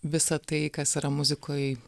visa tai kas yra muzikoj